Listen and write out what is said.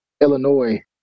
Illinois